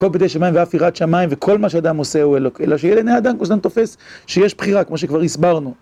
כל פתי של מים ואפירת שמיים וכל מה שאדם עושה הוא אלוק, אלא שילד עני אדם הוא סתם תופס שיש בחירה, כמו שכבר הסברנו.